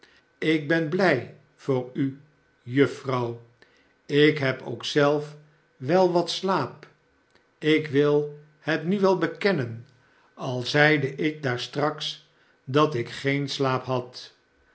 ik ben blij voor u juffrouw ik heb k zelf wel wat slaap ik wil het nu wel bekennen al zeide ik daar straks dat ik geen slaap had